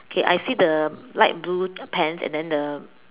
okay I see the light blue pants and then the